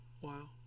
Wow